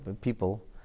people